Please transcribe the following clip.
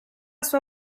sua